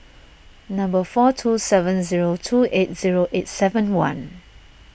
four two seven zero two eight zero eight seven one